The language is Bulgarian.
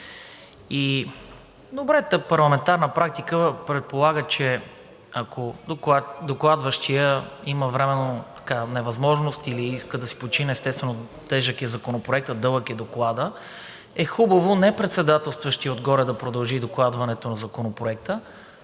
и добрата парламентарна практика предполага, че ако докладващият има временна невъзможност или иска да си почине – естествено, тежък е Законопроектът, дълъг е Докладът, е хубаво не председателстващият отгоре да продължи докладването на Законопроекта,